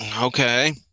Okay